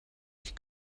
ich